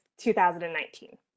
2019